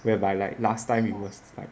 whereby like last time it was like